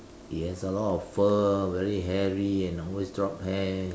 he has a lot of fur very hairy and always drop hair